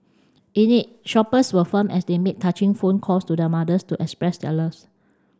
in it shoppers were filmed as they made touching phone calls to their mothers to express their loves